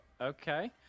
Okay